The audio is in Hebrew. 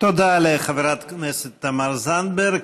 תודה לחברת הכנסת תמר זנדברג.